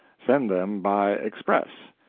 send them by express.